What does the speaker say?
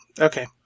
Okay